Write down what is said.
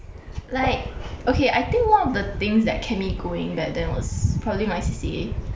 like okay I think one of the things that kept me going back then was probably my C_C_A